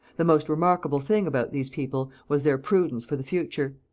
the most remarkable thing about these people was their prudence for the future.